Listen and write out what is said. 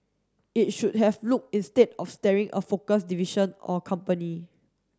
it should have looked instead at starting a focused division or company